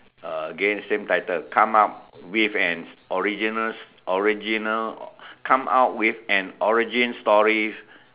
again same title come up with an original original come up with an origin story